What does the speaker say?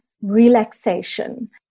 relaxation